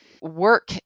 Work